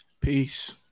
Peace